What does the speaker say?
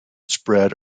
spread